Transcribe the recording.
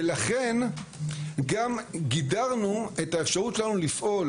ולכן גם גידרנו את האפשרות שלנו לפעול